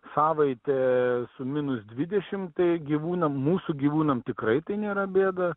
savaitė su minus dvidešimt tai gyvūnam mūsų gyvūnam tikrai tai nėra bėda